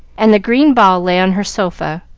and the green ball lay on her sofa.